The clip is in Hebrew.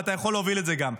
ואתה יכול להוביל את זה גם,